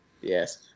Yes